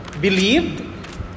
believed